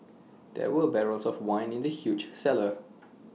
there were barrels of wine in the huge cellar